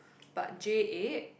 but J eight